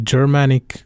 Germanic